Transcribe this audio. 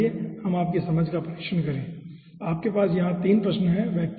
तो आइए हम आपकी समझ का परीक्षण करें आपके यहां 3 प्रश्न हैं